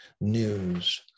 news